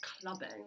Clubbing